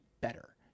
better